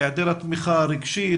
היעדר התמיכה הרגשית,